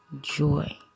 joy